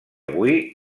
avui